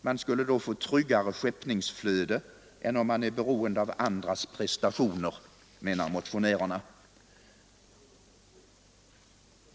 Man skulle då få tryggare skeppningsflöde än om man är beroende av andras prestationer, menar motionärerna.